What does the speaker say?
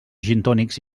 gintònics